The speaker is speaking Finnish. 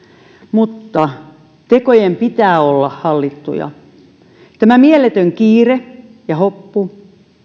mutta tekojen pitää olla hallittuja tämä mieletön kiire ja hoppu